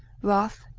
wrath,